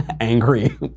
angry